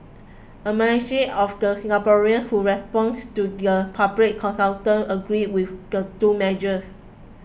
a majority of the Singaporeans who responded to the public consultation agreed with the two measures